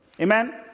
amen